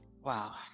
wow